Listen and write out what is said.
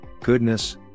goodness